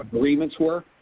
agreements were,